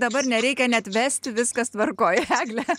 dabar nereikia net vesti viskas tvarkoj egle